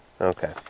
Okay